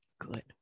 Good